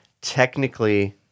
Technically